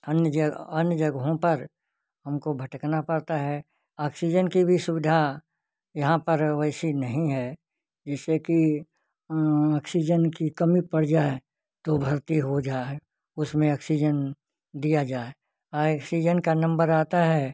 अन्य जग अन्य जगहों पर हमको भटकना पड़ता है आक्सीजन की भी सुविधा यहाँ पर वैसी नहीं है जिससे कि ऑक्सीजन की कमी पड़ जाए तो भर्ती हो जाइए उसमें अक्सीजन दिया जाए आ एक्सीजन का नम्बर आता है